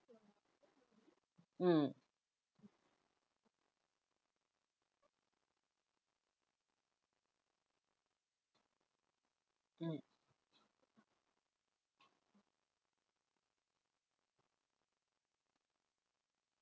mm mm